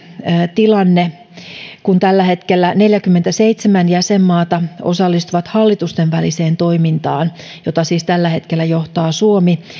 tilanteesta tällä hetkellä neljäkymmentäseitsemän jäsenmaata osallistuu hallitustenväliseen toimintaan jota siis tällä hetkellä johtaa suomi